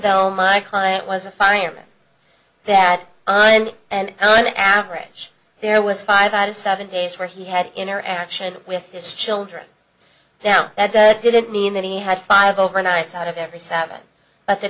though my client was a fireman that on and on average there was five out of seven days where he had interaction with his children now that didn't mean that he had five overnights out of every seven but the